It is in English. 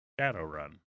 Shadowrun